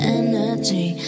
energy